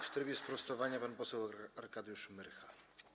W trybie sprostowania pan poseł Arkadiusz Myrcha.